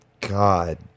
God